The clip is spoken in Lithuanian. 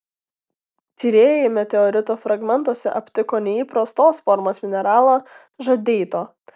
tyrėjai meteorito fragmentuose aptiko neįprastos formos mineralo žadeito